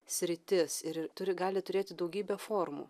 sritis ir ir turi gali turėti daugybę formų